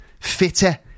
fitter